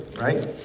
right